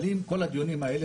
אבל עם כל הדיונים האלה,